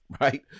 right